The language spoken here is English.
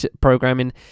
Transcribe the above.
programming